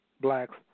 blacks